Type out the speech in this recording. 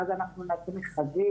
ואז אנחנו נעשה מכרזים,